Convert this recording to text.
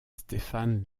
stefan